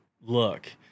look